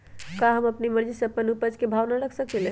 का हम अपना मर्जी से अपना उपज के भाव न रख सकींले?